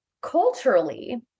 culturally